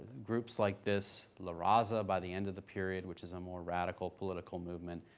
groups like this la raza by the end of the period which is a more radical political movement,